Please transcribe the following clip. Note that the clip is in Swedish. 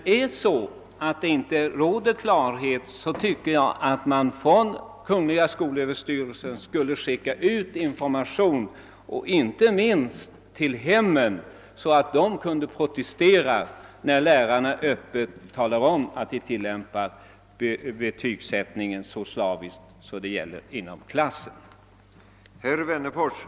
När det nu inte råder klarhet borde enligt min mening skolöverstyrelsen skicka ut information, inte minst till hemmen, så att de kunde protestera när lärarna öppet talar om, att de tilllämpar betygsskalan så slaviskt att den får gälla enbart inom klassen.